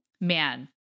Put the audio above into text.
man